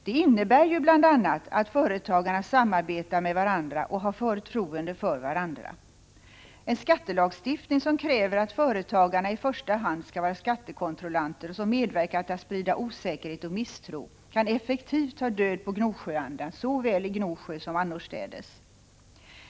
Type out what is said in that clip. Den innebär bl.a. att företagarna samarbetar med varandra och har förtroende för varandra. En skattelagstiftning som kräver att företagarna i första hand skall vara skattekontrollanter och medverkar till att sprida osäkerhet och misstro kan effektivt ta död på Gnosjöandan såväl i Gnosjö som annorstädes.